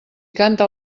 canta